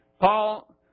Paul